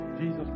Jesus